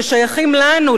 ששייכים לנו,